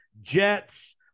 Jets